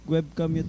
Webcam